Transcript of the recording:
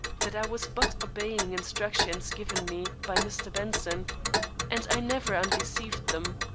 that i was but obeying instructions given me by mr. benson and i never undeceived them.